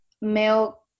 male